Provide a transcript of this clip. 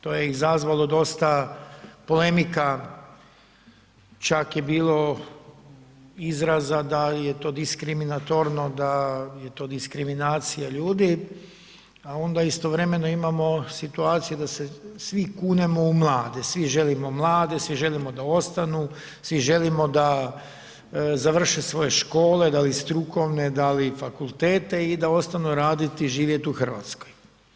To je izazvalo dosta polemika, čak je bilo izraza da je to diskriminatorno, da je to diskriminacija ljudi a onda istovremeno imamo situaciju da se svi kunemo u mlade, svi želimo mlade, svi želimo da ostanu, svi želimo da završe svoje škole da li strukovne, da li fakultete i da ostanu raditi i živjeti u Hrvatskoj.